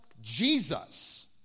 jesus